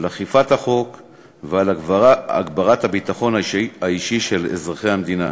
לאכיפת החוק ולהגברת הביטחון האישי של אזרחי המדינה.